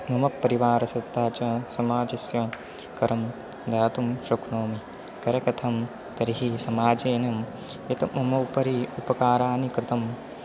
मम परिवारसत्ता च समाजस्य करं दातुं शक्नोमि करकथं तर्हि समाजेन यत् मम उपरि उपकाराणि कृतं